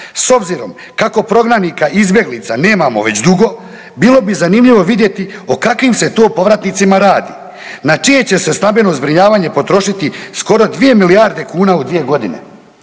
S obzirom kako prognanika i izbjeglica nemamo već dugo bilo bi zanimljivo vidjeti o kakvim se to povratnicima radi, na čije će se stabilno zbrinjavanje potrošiti skoro 2 milijarde kuna u 2.g..